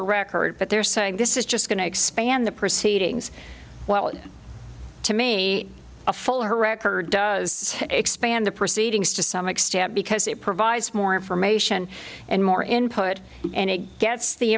er record but they're saying this is just going to expand the proceedings well to me a full her record does expand the proceedings to some extent because it provides more information and more input and it gets the